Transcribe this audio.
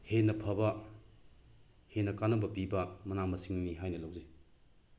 ꯍꯦꯟꯅ ꯐꯕ ꯍꯦꯟꯅ ꯀꯥꯟꯅꯕ ꯄꯤꯕ ꯃꯅꯥ ꯃꯁꯤꯡꯅꯤ ꯍꯥꯏꯅ ꯂꯧꯖꯩ